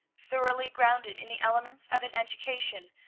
thoroughly grounded in the elements of an education,